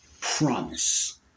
promise